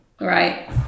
right